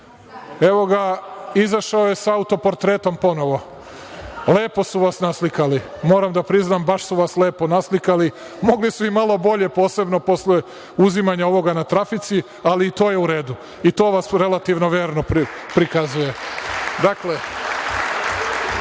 evo ga, izašao je sa autoportretom ponovo. Lepo su vas naslikali, moram da priznam baš su vas lepo naslikali, mogli su i malo bolje posebno posle uzimanja ovoga na trafici, ali i to je uredu i to vas relativno verno prikazuje.